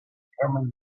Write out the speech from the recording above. determine